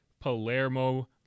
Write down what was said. Palermo